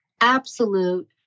absolute